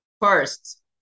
First